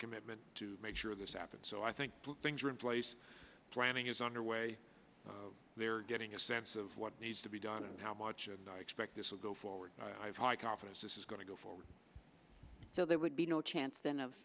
commitment to make sure this happens so i think things are in place planning is underway they're getting a sense of what needs to be done and how much expect this will go forward i have high confidence this is going to go forward so there would be no chance then of